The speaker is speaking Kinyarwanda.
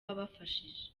wabafashije